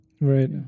Right